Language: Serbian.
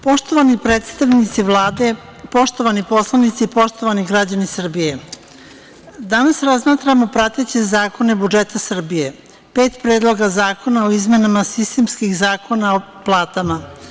Poštovani predstavnici Vlade, poštovani poslanici, poštovani građani Srbije, danas razmatramo prateće zakona budžeta Srbije, pet Predloga zakona o izmenama sistemskih zakona o platama.